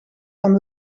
van